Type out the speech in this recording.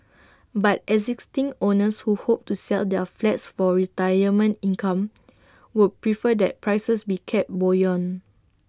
but existing owners who hope to sell their flats for retirement income would prefer that prices be kept buoyant